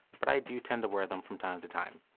but i do tend to wear them from time to time.